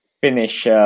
finish